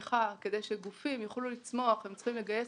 כדי שגופים יוכלו לצמוח הם צריכים לגייס